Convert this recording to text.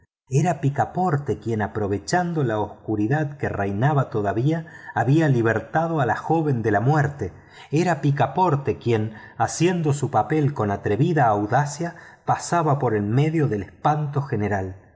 era picaporte quien aprovechando la oscuridad que reinaba todavía había libertado a la joven de la muerte era picaporte quien haciendo su papel con atrevida audacia pasaba en medio del espanto general